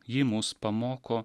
ji mus pamoko